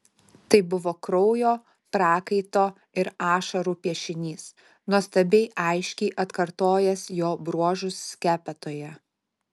tai buvo kraujo prakaito ir ašarų piešinys nuostabiai aiškiai atkartojęs jo bruožus skepetoje